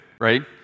right